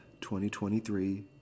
2023